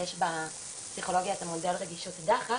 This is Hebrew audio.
יש בפסיכולוגיה את המודל רגישות דחף.